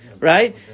Right